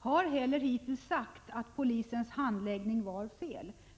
har heller hittills sagt att polisens handläggning var felaktig.